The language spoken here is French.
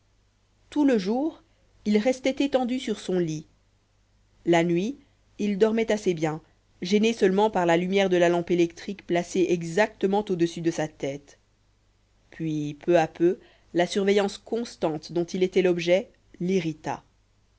tout le jour il restait étendu sur son lit la nuit il dormait assez bien gêné seulement par la lumière de la lampe électrique placée exactement au-dessus de sa tête puis peu à peu la surveillance constante dont il était l'objet